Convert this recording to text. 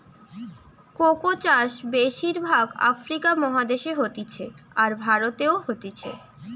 cocoa চাষ বেশির ভাগ আফ্রিকা মহাদেশে হতিছে, আর ভারতেও হতিছে